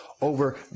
over